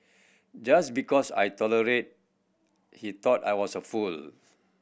just because I tolerated he thought I was a fool